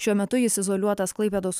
šiuo metu jis izoliuotas klaipėdos